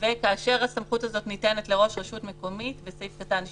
וכאשר הסמכות הזאת ניתנת לראש רשות מקומית בסעיף קטן (2)